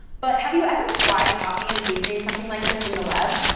but have you ever tried copying and pasting something like this from the web?